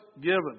given